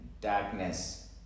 darkness